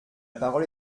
parole